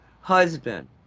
husband